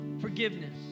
forgiveness